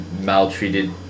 maltreated